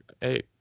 hey